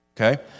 Okay